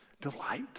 delight